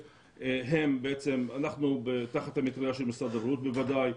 אנחנו תחת המטרייה של משרד הבריאות בוודאי.